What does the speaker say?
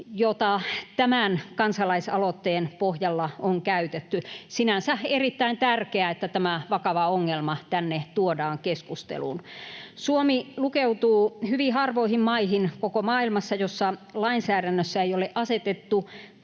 jota tämän kansalaisaloitteen pohjalla on käytetty. Sinänsä on erittäin tärkeää, että tämä vakava ongelma tänne tuodaan keskusteluun. Suomi lukeutuu hyvin harvoihin maihin koko maailmassa, jossa lainsäädännössä ei ole asetettu